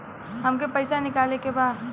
हमके पैसा निकाले के बा